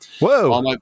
Whoa